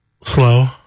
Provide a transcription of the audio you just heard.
Slow